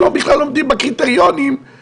מבחינת איכות כוח האדם שלה.